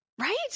right